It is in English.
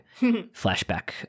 flashback